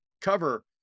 cover